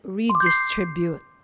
redistribute